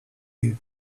you